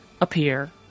appear